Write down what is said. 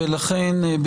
לכן,